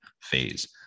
phase